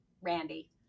randy